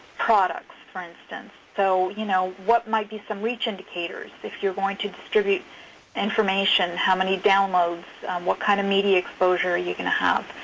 products, for instance. so, you know, what might be some research indicators if you're going to distribute information, how many down loads, what kind of media exposure are you going to have?